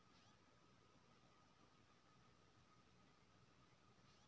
हम अपन debit card के गुम होय के रिपोर्ट करय ले चाहय छियै